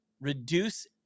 reduce